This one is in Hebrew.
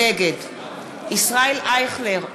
נגד ישראל אייכלר,